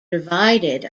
divided